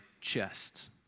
chest